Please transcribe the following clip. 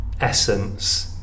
essence